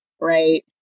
right